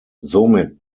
somit